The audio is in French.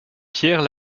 pierre